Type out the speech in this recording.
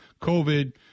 COVID